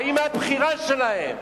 האמא הבכירה שלהם: